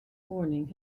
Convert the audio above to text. morning